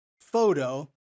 photo